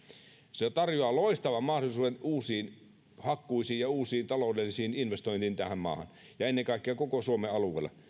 se tarjoaa loistavat mahdollisuudet uusiin hakkuisiin ja uusiin taloudellisiin investointeihin tähän maahan ja ennen kaikkea koko suomen alueelle